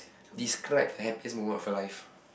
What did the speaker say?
describe the happiest moment of your life